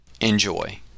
Enjoy